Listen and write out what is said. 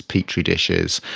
petri dishes,